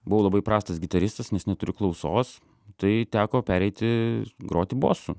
buvau labai prastas gitaristas nes neturiu klausos tai teko pereiti groti bosu